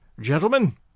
Gentlemen